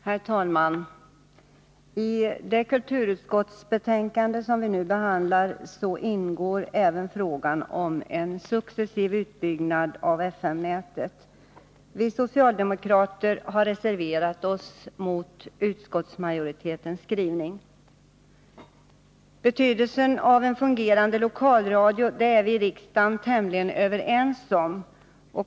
Herr talman! I det utskottsbetänkande som nu behandlas ingår även frågan om en successiv utbyggnad av FM-nätet. Vi socialdemokrater har reserverat oss mot utskottsmajoritetens skrivning. 31 Betydelsen av en fungerande lokalradio är vi i riksdagen tämligen överens om.